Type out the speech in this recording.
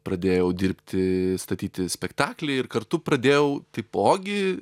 pradėjau dirbti statyti spektaklį ir kartu pradėjau taipogi